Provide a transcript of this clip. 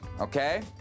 okay